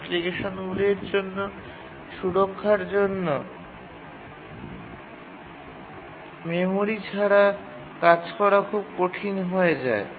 অ্যাপ্লিকেশনগুলির সুরক্ষার জন্য মেমরি ছাড়া কাজ করা খুব কঠিন হয়ে যায়